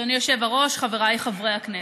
אדוני היושב-ראש, חבריי חברי הכנסת,